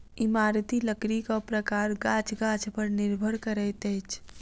इमारती लकड़ीक प्रकार गाछ गाछ पर निर्भर करैत अछि